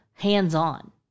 hands-on